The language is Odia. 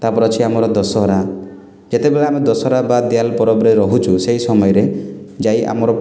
ତା'ପରେ ଅଛି ଆମ ଦଶହରା ଯେତେବେଳେ ଆମେ ଦଶହରା ବା ଦିଆଲ୍ ପରବ୍ରେ ରହୁଚୁ ସେହି ସମୟରେ ଯାଇ ଆମର